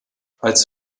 als